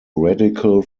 radical